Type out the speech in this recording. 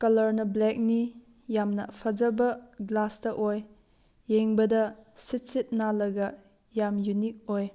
ꯀꯂꯔꯅ ꯕ꯭ꯂꯦꯛꯅꯤ ꯌꯥꯝꯅ ꯐꯖꯕ ꯒ꯭ꯂꯥꯁꯇ ꯑꯣꯏ ꯌꯦꯡꯕꯗ ꯁꯤꯠ ꯁꯤꯠ ꯅꯜꯂꯒ ꯌꯥꯝ ꯌꯨꯅꯤꯛ ꯑꯣꯏ